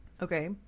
Okay